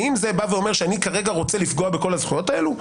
האם זה אומר שאני רוצה לפגוע בכל הזכויות האלו?